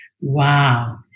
Wow